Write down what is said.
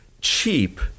cheap